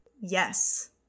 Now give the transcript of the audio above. Yes